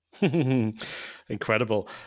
Incredible